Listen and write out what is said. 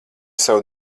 savu